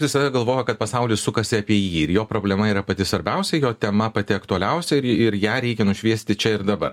visada galvoja kad pasaulis sukasi apie jį ir jo problema yra pati svarbiausia jo tema pati aktualiausia ir ir ją reikia nušviesti čia ir dabar